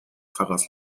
pfarrers